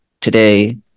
today